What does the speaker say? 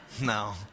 No